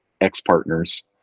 ex-partners